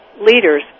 leaders